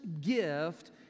gift